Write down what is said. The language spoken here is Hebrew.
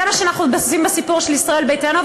על זה אנחנו מתבססים בסיפור של ישראל ביתנו,